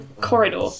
corridor